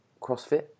crossfit